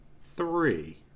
Three